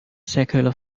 secular